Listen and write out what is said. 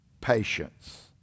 patience